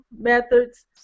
methods